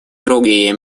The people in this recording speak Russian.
другие